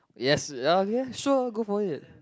yes oh okay ah sure go for it